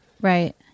Right